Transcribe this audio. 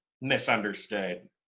misunderstood